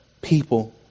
people